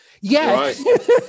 Yes